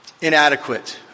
inadequate